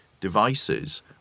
devices